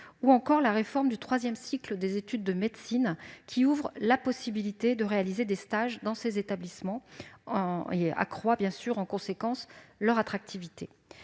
ou encore la réforme du troisième cycle des études de médecine, qui ouvre la possibilité de réaliser des stages dans ces établissements, et accroît en conséquence leur attractivité.